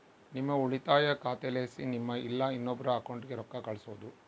ನಿಮ್ಮ ಉಳಿತಾಯ ಖಾತೆಲಾಸಿ ನಿಮ್ಮ ಇಲ್ಲಾ ಇನ್ನೊಬ್ರ ಅಕೌಂಟ್ಗೆ ರೊಕ್ಕ ಕಳ್ಸೋದು